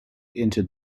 into